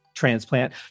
transplant